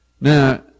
Now